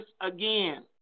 again